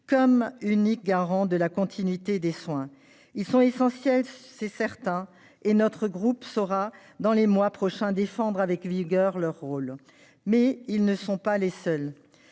comme uniques garants de la continuité des soins. Ceux-ci sont essentiels, c'est certain, et notre groupe saura, dans les mois prochains, défendre avec vigueur leur rôle. Mais ils ne sont pas les seuls